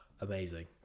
amazing